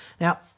Now